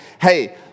hey